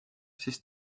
siis